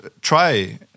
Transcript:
try